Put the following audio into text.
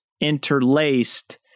interlaced